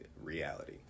reality